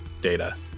data